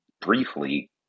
briefly